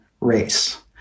race